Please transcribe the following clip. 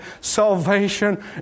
salvation